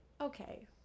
Okay